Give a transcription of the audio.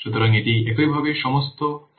সুতরাং এটি একইভাবে সমস্ত ফাংশন পুনরাবৃত্তি করে